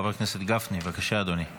חבר הכנסת גפני, בבקשה, אדוני.